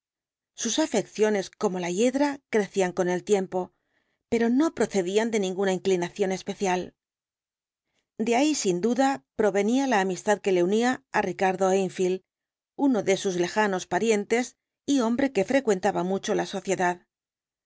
sus afecciones como la hiedra crecían con el tiempo pero no procedían de ninguna inclinación especial de ahí sin duda provenía la amistad que le unía á ricardo enfield uno de sus lejanos parientes y hombre que frecuentaba mucho la sociedad